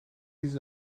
his